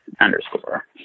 underscore